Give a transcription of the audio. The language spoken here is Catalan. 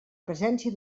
presència